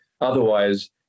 Otherwise